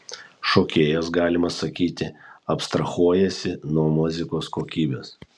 šokėjas galima sakyti abstrahuojasi nuo muzikos kokybės